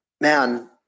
man